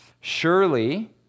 surely